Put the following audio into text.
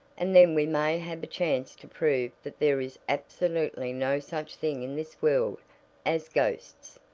and then we may have a chance to prove that there is absolutely no such thing in this world as ghosts,